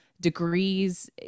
degrees